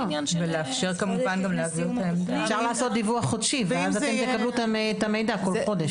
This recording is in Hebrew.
אפשר לעשות דיווח חודשי ואז אתם תקבלו את המידע כל חודש.